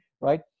right